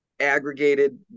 aggregated